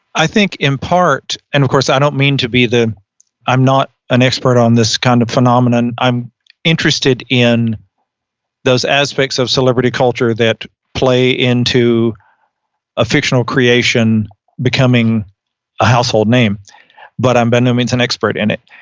i think in part and of course, i don't mean to be the i'm not an expert on this kind of phenomenon. i'm interested in those aspects of celebrity culture that play into a fictional creation becoming a household name but i'm by no means an expert in it.